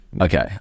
Okay